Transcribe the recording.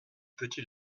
petit